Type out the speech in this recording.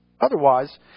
Otherwise